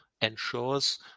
ensures